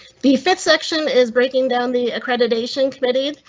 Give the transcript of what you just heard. be fit section is breaking down the accreditation committed.